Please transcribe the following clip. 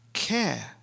Care